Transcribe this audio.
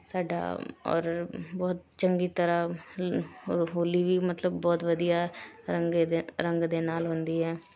ਸਾਡਾ ਔਰ ਬਹੁਤ ਚੰਗੀ ਤਰ੍ਹਾਂ ਹੋ ਹੋਲੀ ਵੀ ਮਤਲਬ ਬਹੁਤ ਵਧੀਆ ਰੰਗੇ ਦੇ ਰੰਗ ਦੇ ਨਾਲ ਹੁੰਦੀ ਹੈ